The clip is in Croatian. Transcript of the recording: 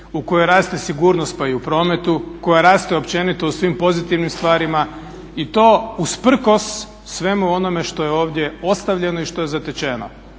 u kojoj raste sigurnost pa i u prometu, koja raste općenito u svim pozitivnim stvarima i to usprkos svemu onome što je ovdje ostavljeno i što je zatečeno,